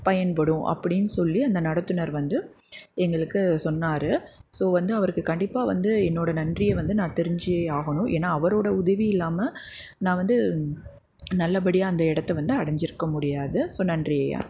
பயன்படும் அப்படின்னு சொல்லி அந்த நடத்துனர் வந்து எங்களுக்கு சொன்னார் ஸோ வந்து அவருக்கு கண்டிப்பாக வந்து என்னோடய நன்றியை வந்து நான் தெரிஞ்சே ஆகணும் ஏன்னா அவரோட உதவி இல்லாமல் நான் வந்து நல்லபடியாக அந்த இடத்த வந்து அடைஞ்சிருக்க முடியாது ஸோ நன்றி ஐயா